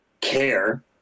care